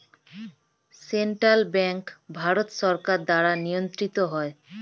central bank Bharat সরকার দ্বারা নিয়ন্ত্রিত হয়